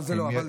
אבל זה לא,